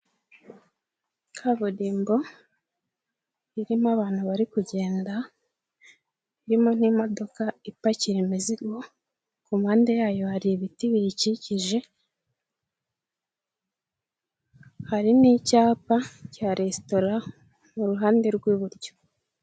Kaburimbo, irimo abantu bari kugenda, irimo n'imodoka ipakira imizigo, ku mpande yayo hari ibiti biyikikije, hari ncyapa cya resitora mu ruhande rw'iburyo.